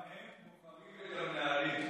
הם בוחרים את המנהלים.